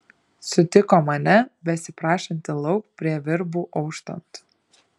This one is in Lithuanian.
sutiko mane besiprašantį lauk prie virbų auštant